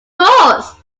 course